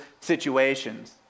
situations